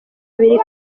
biri